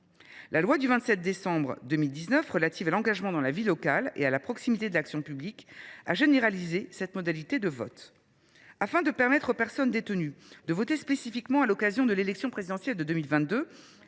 La loi du 27 décembre 2019 relative à l’engagement dans la vie locale et à la proximité de l’action publique a généralisé cette modalité de vote. Afin de permettre aux personnes détenues de voter spécifiquement à l’occasion de l’élection présidentielle de 2022,